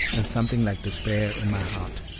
and something like despair in my heart.